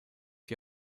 die